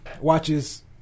watches